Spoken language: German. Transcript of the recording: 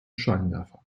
scheinwerfern